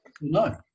No